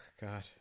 God